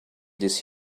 this